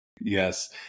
Yes